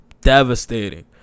devastating